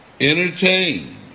entertain